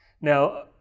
Now